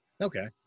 Okay